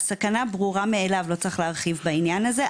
הסכנה ברורה מאליו, לא צריך להרחיב בעניין הזה.